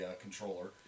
controller